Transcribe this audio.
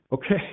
Okay